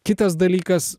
kitas dalykas